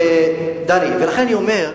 לכן אני אומר,